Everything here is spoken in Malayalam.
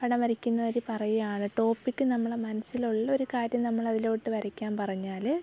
പടം വരയ്ക്കുന്നവർ പറയുവാണ് ടോപ്പിക് നമ്മളെ മനസ്സിലുള്ളൊരു കാര്യം നമ്മളതിലോട്ട് വരയ്ക്കാൻ പറഞ്ഞാൽ